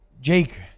Jake